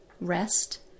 rest